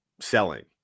selling